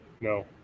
no